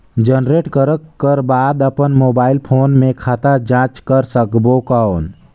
Generate करक कर बाद अपन मोबाइल फोन मे खाता जांच कर सकबो कौन?